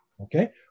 okay